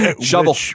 shovel